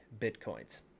bitcoins